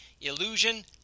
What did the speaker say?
illusion